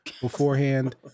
beforehand